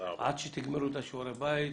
עד שתסיימו את שיעורי הבית.